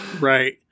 Right